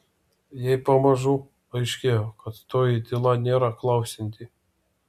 jai pamažu aiškėjo kad toji tyla nėra klausianti